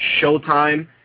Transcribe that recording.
Showtime